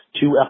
two